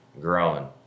growing